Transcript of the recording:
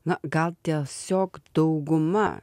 na gal tiesiog dauguma